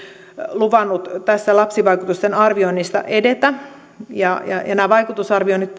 luvannut tässä lapsivaikutusten arvioinnissa edetä ja ja nämä vaikutusarvioinnit